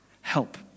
Help